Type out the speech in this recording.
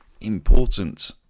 important